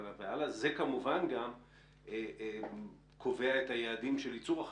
זה כמובן גם קובע את היעדים של ייצור החשמל,